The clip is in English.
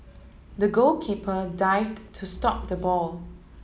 the goalkeeper dived to stop the ball